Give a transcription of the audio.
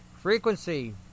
frequency